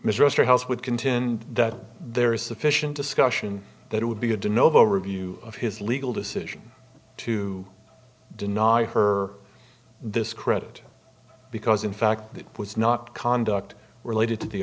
mr house would contend that there is sufficient discussion that it would be good to know of a review of his legal decision to deny her this credit because in fact it was not conduct related to the